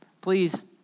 Please